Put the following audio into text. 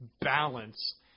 balance